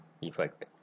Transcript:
effect